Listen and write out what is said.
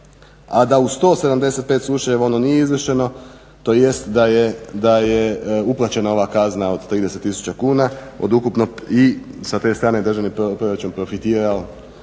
a da u 175 slučajeva ono nije izvršeno tj. da je uplaćena ova kazna od 30 tisuća kuna od ukupno i sa te strane je državni proračun profitirao